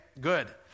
good